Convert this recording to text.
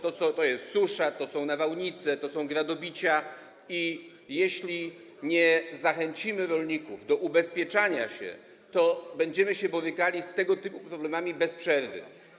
To jest susza, to są nawałnice, to są gradobicia i jeśli nie zachęcimy rolników do ubezpieczania się, to będziemy się borykali z tego typu problemami bez przerwy.